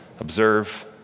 Observe